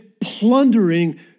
plundering